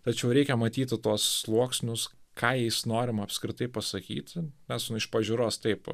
tačiau reikia matyti tuos sluoksnius ką jais norima apskritai pasakyti nes nu iš pažiūros taip